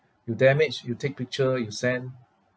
you damage you take picture you send